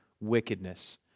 wickedness